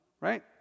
right